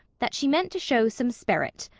that she meant to show some sperrit.